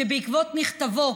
שבעקבות מכתבו,